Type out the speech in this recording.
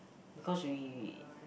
because we